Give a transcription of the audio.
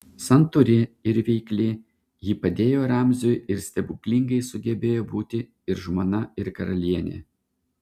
santūri ir veikli ji padėjo ramziui ir stebuklingai sugebėjo būti ir žmona ir karalienė